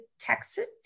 Texas